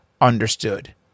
understood